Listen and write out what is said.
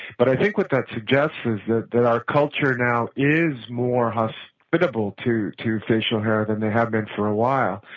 but i think what that suggests is that that our culture now is more hospitable to to facial hair than they have been for a while.